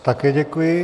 Také děkuji.